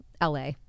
LA